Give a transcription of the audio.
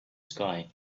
sky